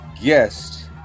guest